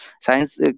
Science